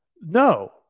No